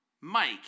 Mike